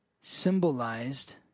symbolized